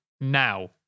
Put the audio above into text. now